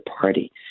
party